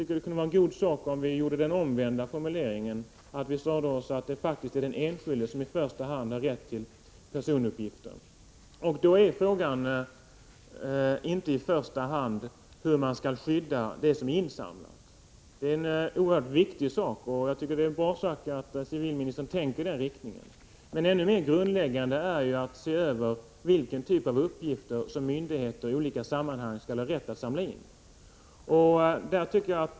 Det vore en god sak om vi tillämpade den omvända formuleringen och sade oss att det faktiskt är den enskilde som i första hand har rätt till personuppgifter. Då är frågan inte i första hand hur man skall skydda det som är insamlat. Det är visserligen en oerhört viktig sak, och det är bra att civilministern tänker i den riktningen, men ännu mer grundläggande är det att se över vilka typer av uppgifter som myndigheter i olika sammanhang skall ha rätt att samla in.